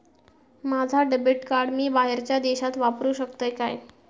माझा debit card मी बाहेरच्या देशात वापरू शकतय काय?